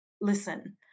listen